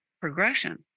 progression